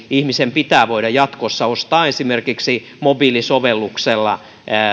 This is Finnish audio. ihmisen pitää voida jatkossa ostaa esimerkiksi mobiilisovelluksella